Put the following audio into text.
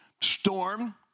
storm